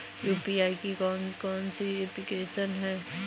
UPI की कौन कौन सी एप्लिकेशन हैं?